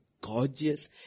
gorgeous